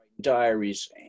diaries